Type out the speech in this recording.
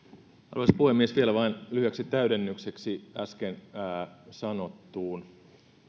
arvoisa puhemies vielä vain lyhyeksi täydennykseksi äsken sanottuun